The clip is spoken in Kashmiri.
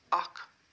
اَکھ